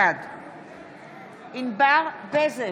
בעד ענבר בזק,